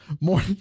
more